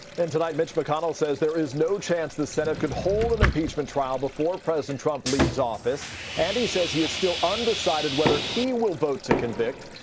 and tonight mitch mcconnell says there is no chance the senate could cold an impeachment trial before president trump leaves office and he says he is still undecided whether he will vote to convict,